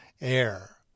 air